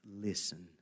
listen